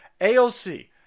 AOC